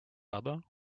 other